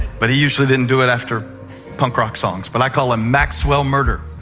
but he usually didn't do it after punk rock songs. but i call him maxwell murder.